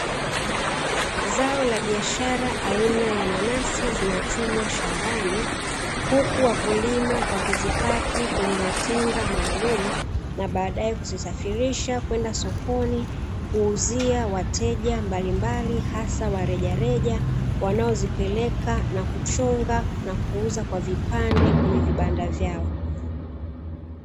Zao la biashara aina ya nanasi zinachumwa shambani zinapangwa kwenye matenga na kwenda kuwauzia wateja wa rejareja wanaoenda kuchonga na kuuza kwenye vibanda vyao